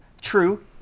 True